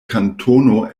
kantono